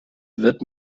wird